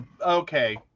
Okay